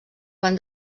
van